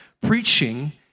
preaching